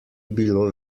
bilo